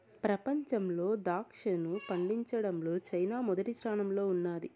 ప్రపంచంలో ద్రాక్షను పండించడంలో చైనా మొదటి స్థానంలో ఉన్నాది